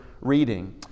reading